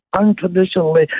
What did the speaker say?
unconditionally